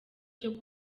cyo